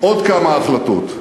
וקיבלנו עוד כמה החלטות.